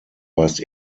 weist